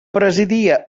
presidia